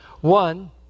One